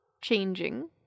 changing